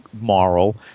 moral